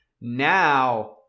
Now